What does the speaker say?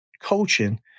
coaching